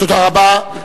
תודה רבה.